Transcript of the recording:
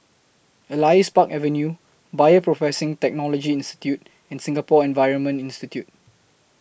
Elias Park Avenue Bioprocessing Technology Institute and Singapore Environment Institute